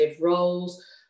roles